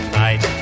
night